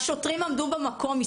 השוטרים עמדו במקום,